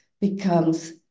becomes